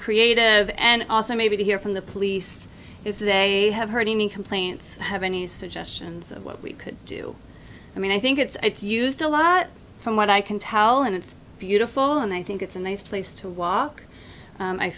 creative and also maybe to hear from the police if they have heard any complaints have any suggestions of what we could do i mean i think it's used a lot from what i can tell and it's beautiful and i think it's a nice place to walk